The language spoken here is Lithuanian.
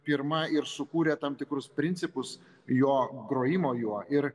pirma ir sukūrė tam tikrus principus jo grojimo juo ir